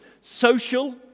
Social